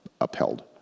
upheld